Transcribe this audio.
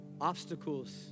Obstacles